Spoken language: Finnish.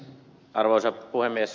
arvoisa puhemies